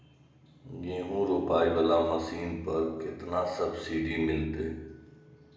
गेहूं रोपाई वाला मशीन पर केतना सब्सिडी मिलते?